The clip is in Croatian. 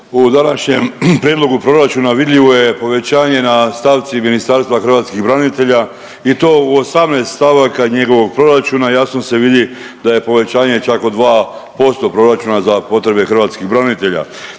u današnjem prijedlogu proračuna vidljivo je povećanje na stavci Ministarstva hrvatskih branitelja i to u 18 stavaka njegovog proračuna jasno se vidi da je povećanje čak od 2% proračuna za potrebe hrvatskih branitelja.